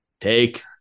take